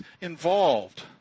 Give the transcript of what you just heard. involved